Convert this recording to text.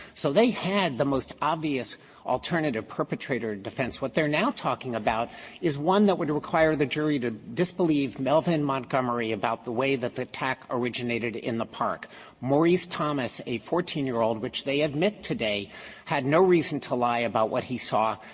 so they had the most obvious alternative perpetrator defense. what they're now talking about is one that would require the jury to disbelieve melvin montgomery about the way that the attack originated in the park maurice thomas, a fourteen year old which they admit today had no reason to lie about what he saw.